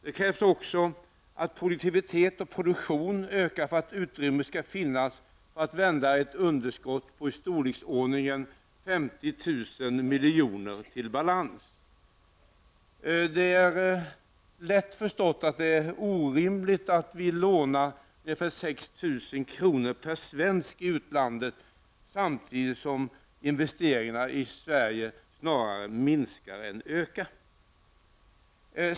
Det krävs också att produktivitet och produktion ökar, för att utrymme skall finnas för att vända ett underskott på i storleksordningen 50 000 miljoner till balans. Det är lätt förstått att det är orimligt att vi lånar ungefär 6 000 kr. per svensk i utlandet, samtidigt som investeringarna i Sverige snarare minskar än ökar.